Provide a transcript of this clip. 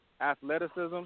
athleticism